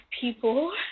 people